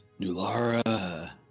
Nulara